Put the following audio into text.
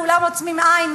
כולם עוצמים עין,